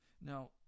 Now